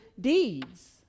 deeds